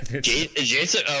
Jason